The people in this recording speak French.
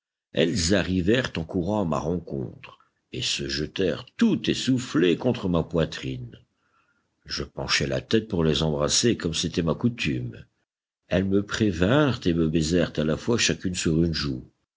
elles arrivèrent en courant à ma rencontre et se jetèrent tout essoufflées contre ma poitrine je penchai la tête pour les embrasser comme c'était ma coutume elles me prévinrent et me baisèrent à la fois chacune sur une joue